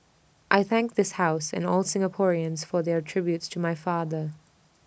I thank this house and all Singaporeans for their tributes to my father